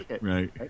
right